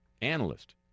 analyst